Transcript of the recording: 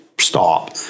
stop